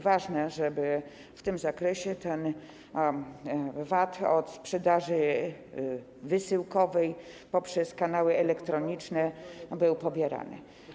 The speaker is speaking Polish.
Ważne, żeby w tym zakresie VAT od sprzedaży wysyłkowej poprzez kanały elektroniczne był pobierany.